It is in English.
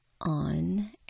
on